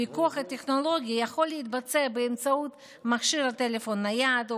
הפיקוח הטכנולוגי יכול להתבצע באמצעות מכשיר הטלפון הנייד או